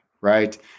Right